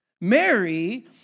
Mary